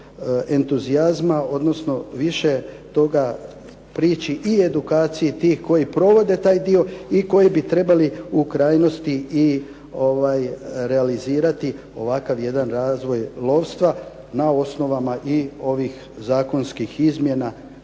entuzijazma, odnosno više toga prići i edukaciji tih koji provode taj dio i koji bi trebali u krajnosti i realizirati ovakav jedan razvoj lovstva na osnovama i ovih zakonskih izmjena